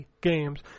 games